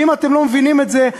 ואם אתם לא מבינים את זה,